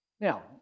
Now